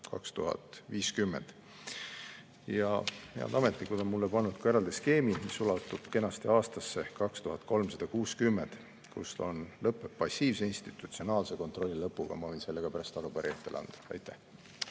2050. Head ametnikud on mulle kaasa pannud ka eraldi skeemi, mis ulatub kenasti aastasse 2360, see lõpeb passiivse institutsionaalse kontrolli lõpuga. Ma võin selle pärast arupärijatele anda. Aitäh!